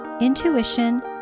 intuition